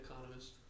economist